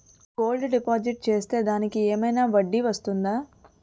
Gold deposit చేస్తే దానికి ఏమైనా వడ్డీ వస్తుందా?